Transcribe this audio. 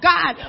God